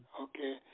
Okay